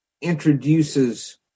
introduces –